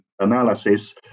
analysis